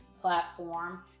platform